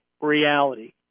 reality